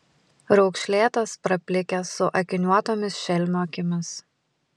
raukšlėtas praplikęs su akiniuotomis šelmio akimis